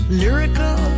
lyrical